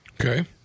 Okay